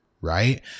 right